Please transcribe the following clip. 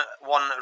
one